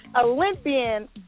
Olympian